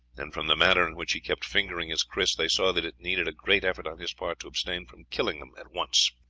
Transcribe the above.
and from the manner in which he kept fingering his kris they saw that it needed a great effort on his part to abstain from killing them at once.